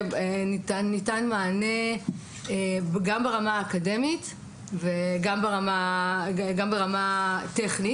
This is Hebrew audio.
ניתן מענה גם ברמה האקדמית וגם ברמה טכנית